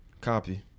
Copy